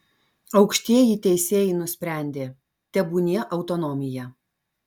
aukštieji teisėjai nusprendė tebūnie autonomija